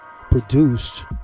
produced